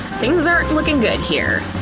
things aren't looking good, here,